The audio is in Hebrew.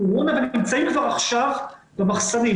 לקורונה ונמצאים כבר עכשיו במחסנים.